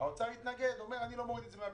האוצר התנגד, אמר שהוא לא מוריד את זה מהבינוי.